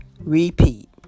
repeat